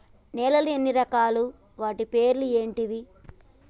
నేలలు ఎన్ని రకాలు? వాటి పేర్లు ఏంటివి?